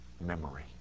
memory